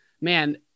man